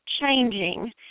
changing